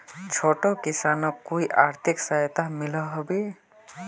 छोटो किसानोक कोई आर्थिक सहायता मिलोहो होबे?